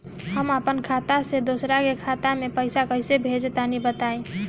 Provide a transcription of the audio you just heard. हम आपन खाता से दोसरा के खाता मे पईसा कइसे भेजि तनि बताईं?